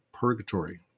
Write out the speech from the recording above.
purgatory